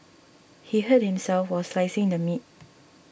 he hurt himself while slicing the meat